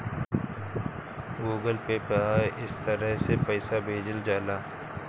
Google Pay पअ इ तरह से पईसा भेजल जाला